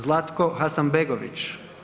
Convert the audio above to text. Zlatko Hasanbegović.